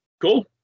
Cool